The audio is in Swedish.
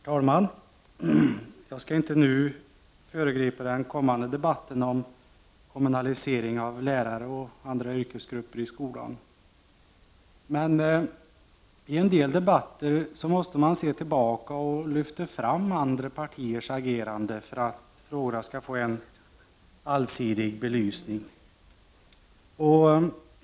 Herr talman! Jag skall inte nu föregripa den kommande debatten om kommunaliseringen av lärare och andra yrkesgrupper i skolan. Men i en del debatter måste man se tillbaka och lyfta fram andra partiers agerande för att frågorna skall få en allsidig belysning.